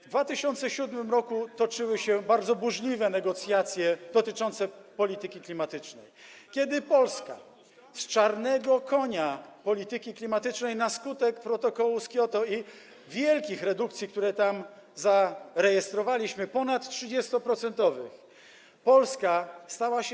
W 2007 r. toczyły się bardzo burzliwe negocjacje dotyczące polityki klimatycznej, kiedy Polska z czarnego konia polityki klimatycznej na skutek protokołu z Kioto i wielkich redukcji, które tam zarejestrowaliśmy, ponad 30-procentowych, stała się.